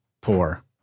poor